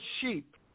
sheep